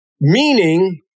meaning